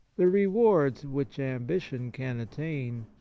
the rewards which ambition can attain,